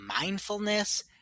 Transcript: mindfulness